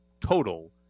total